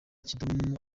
kidum